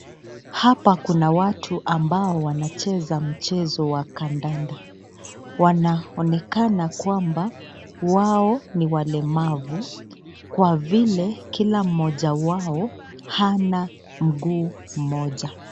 Hapa kuna watu ambao wanacheza mchezo wa kandanda. Wanaonekana kwamba wao ni walemavu, Kwa vile Kila mmoja wao hana mguu moja.